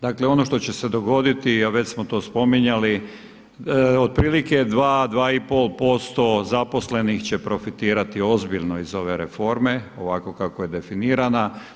Dakle ono što će se dogoditi, a već smo to spominjali otprilike 2, 2,5% zaposlenih će profitirati ozbiljno iz ove reforme, ovako kako je definirana.